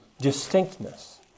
distinctness